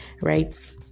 right